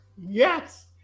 Yes